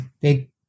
big